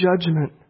judgment